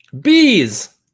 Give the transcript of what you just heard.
Bees